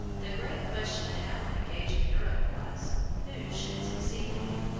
the great question now engaging europe was who should succeed him?